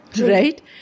right